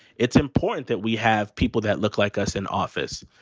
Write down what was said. it's important that we have people that look like us in office.